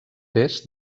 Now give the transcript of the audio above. est